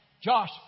Josh